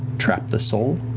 trap the soul,